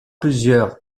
plusieurs